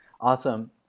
Awesome